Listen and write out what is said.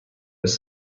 his